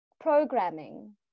programming